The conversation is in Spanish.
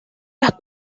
las